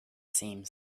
same